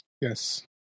Yes